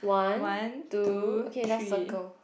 one two three